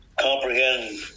comprehend